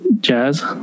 jazz